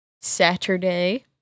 Saturday